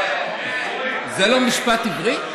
זה לא משפט עברי?